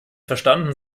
verstanden